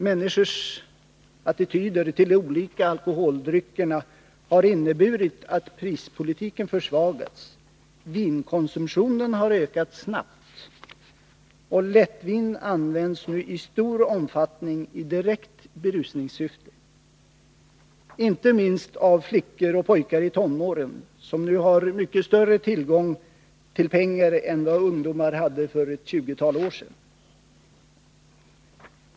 Människors attityder till de olika alkoholdryckerna har inneburit att prispolitiken har försvagats. Vinkonsumtionen har ökat snabbt, och lättvin används nuistor omfattning i direkt berusningssyfte, inte minst av flickor och pojkar i tonåren, som nu har mycket större tillgång till pengar än vad ungdomar hade för ett tjugotal år sedan.